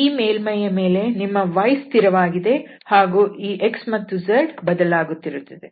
ಈ ಮೇಲ್ಮೈಯ ಮೇಲೆ ನಿಮ್ಮ y ಸ್ಥಿರವಾಗಿದೆ ಹಾಗೂ ಈ x ಮತ್ತು z ಬದಲಾಗುತ್ತದೆ